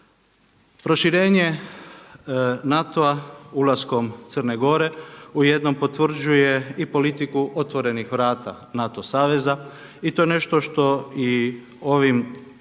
Proširenje NATO-a ulaskom Crne Gore u jednom potvrđuje i politiku otvorenih vrata NATO saveza i to nešto što i ovom prigodom